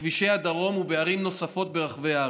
בכבישי הדרום ובערים נוספות ברחבי הארץ.